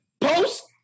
post